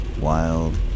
Wild